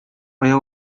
аяк